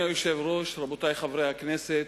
אדוני היושב-ראש, רבותי חברי הכנסת,